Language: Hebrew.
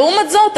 ולעומת זאת,